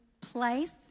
place